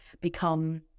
become